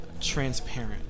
Transparent